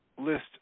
list